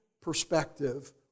perspective